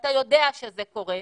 ואתה יודע שזה קורה,